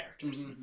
characters